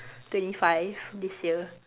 twenty five this year